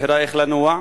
הבחירה איך לנוע,